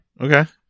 Okay